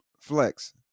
flex